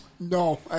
No